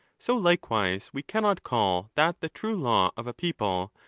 so likewise we cannot call that the true law of a people,